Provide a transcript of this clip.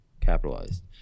Capitalized